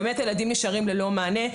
ילדים נשארים ללא מענה,